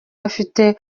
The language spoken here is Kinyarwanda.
afite